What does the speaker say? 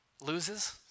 loses